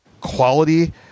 quality